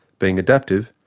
being adaptive,